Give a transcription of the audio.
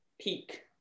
peak